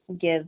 give